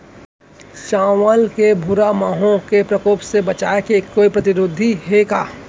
चांवल के भूरा माहो के प्रकोप से बचाये के कोई प्रतिरोधी हे का?